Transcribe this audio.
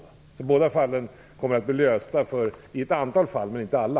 Problemen i båda fallen kommer att bli lösta i ett antal fall men inte i alla.